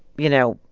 you know,